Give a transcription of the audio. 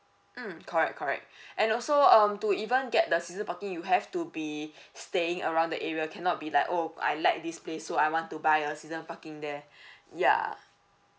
mm correct correct and also um to even get the season parking you have to be staying around the area cannot be like oh I like this place so I want to buy a season parking there ya